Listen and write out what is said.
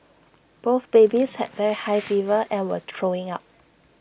both babies had very high fever and were throwing up